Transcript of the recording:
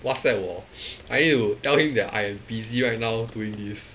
Whatsapp 我 I need to tell him that I am busy right now with this